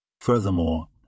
Furthermore